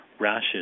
rashes